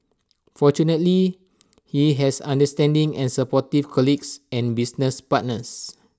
fortunately he has understanding and supportive colleagues and business partners